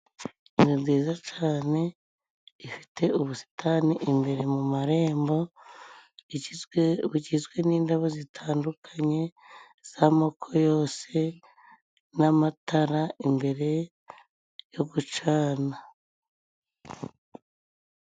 Ni nziza cane, ifite ubusitani imbere mu marembo igizwe, bugizwe n'indabo zitandukanye z'amoko yose n'amatara imbere yo gucana.